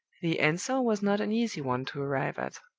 the answer was not an easy one to arrive at.